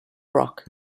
rock